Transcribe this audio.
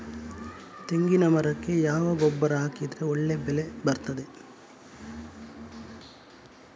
ತೆಂಗಿನ ಮರಕ್ಕೆ ಯಾವ ಗೊಬ್ಬರ ಹಾಕಿದ್ರೆ ಒಳ್ಳೆ ಬೆಳೆ ಬರ್ತದೆ?